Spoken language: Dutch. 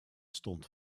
stond